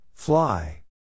Fly